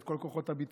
ואת כל כוחות הביטחון,